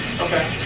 Okay